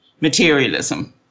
materialism